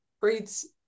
breeds